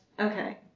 Okay